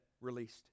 released